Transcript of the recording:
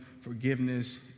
forgiveness